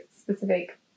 specific